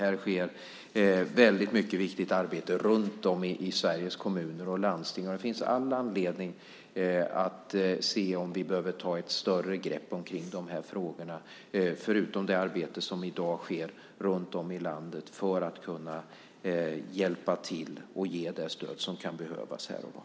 Det sker väldigt mycket viktigt arbete runt om i Sveriges kommuner och landsting, och det finns all anledning att se om vi behöver ta ett större grepp omkring de här frågorna förutom det arbetet som i dag sker runt om i landet för att vi ska kunna hjälpa till och ge det stöd som kan behövas här och var.